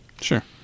Sure